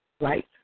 Right